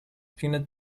peanut